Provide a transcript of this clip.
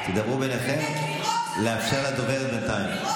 אני חושב שהם האחרונים שיכולים להטיף מוסר על הסתה ועל הגינויים שלה.